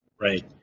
Right